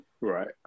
Right